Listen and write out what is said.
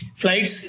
flights